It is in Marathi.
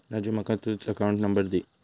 राजू माका तुझ अकाउंट नंबर दी